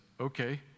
okay